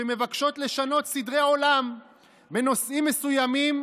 שמבקשות לשנות סדרי עולם בנושאים מסוימים,